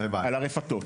על הרפתות.